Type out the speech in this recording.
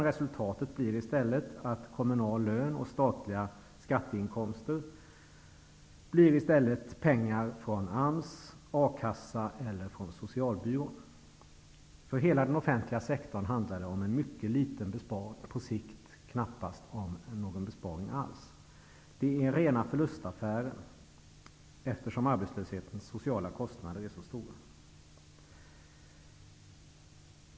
Resultatet blir i stället att kommunal lön och statliga skatteinkomster byts ut mot pengar från AMS, A-kassan eller socialbyrån. För hela den offentliga sektorn handlar det om en mycket liten besparing, på sikt knappast någon besparing alls. Det är rena förlustaffären, eftersom arbetslöshetens sociala kostnader är så stora.